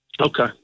okay